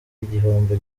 igihombo